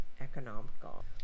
economical